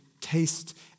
taste